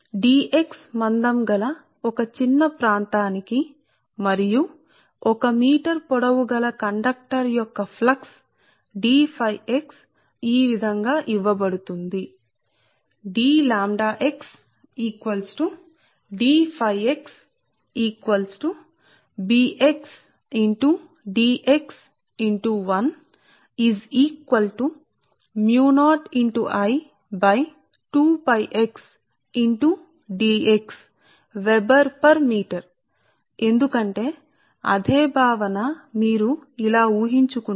అందువల్ల మందం D x యొక్క చిన్న ప్రాంతానికి D x flux D phi x dɸx flux differential flux D x ఇక్కడే ఉందిసరే మరియు మేము 1 మీటర్ పొడవు గల సహ కండక్టర్ ను పరిశీలిస్తాము అది Dƛx D x సమానం రెండూ ఒకటే Bxx dx x 1 కు సమానం ఎందుకంటే ఈ ప్రాంతానికి అదే భావన సరే మీరు ఇలా ఊహించుకుంటే